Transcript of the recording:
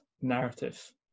narrative